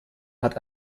hat